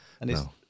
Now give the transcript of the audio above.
No